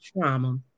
trauma